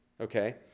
Okay